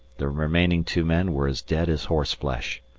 the remaining two men were as dead as horse-flesh.